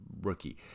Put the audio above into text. rookie